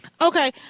Okay